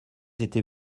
était